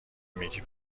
میگه